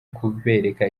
kubereka